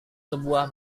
sebuah